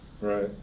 right